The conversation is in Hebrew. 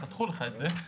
חתכו לך את זה.